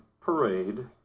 parade